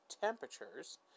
temperatures